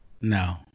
No